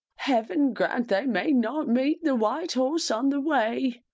heaven grant they may not meet the white horse on the way.